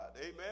Amen